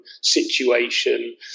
situation